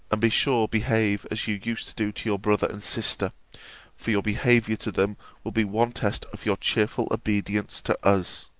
and be sure behave as you used to do to your brother and sister for your behaviour to them will be one test of your cheerful obedience to us.